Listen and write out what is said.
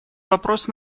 вопрос